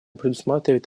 предусматривает